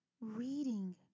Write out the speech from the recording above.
Reading